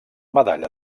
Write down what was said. medalla